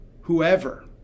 Whoever